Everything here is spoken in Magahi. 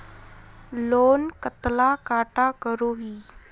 लोन कतला टाका करोही?